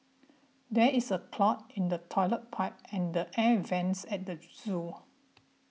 there is a clog in the Toilet Pipe and the Air Vents at the zoo